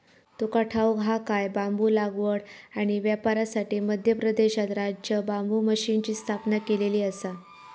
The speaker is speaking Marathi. तुका ठाऊक हा काय?, बांबू लागवड आणि व्यापारासाठी मध्य प्रदेशात राज्य बांबू मिशनची स्थापना केलेली आसा